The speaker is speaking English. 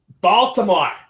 Baltimore